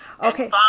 Okay